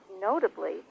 notably